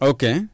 Okay